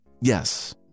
Yes